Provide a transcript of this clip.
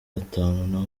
batanu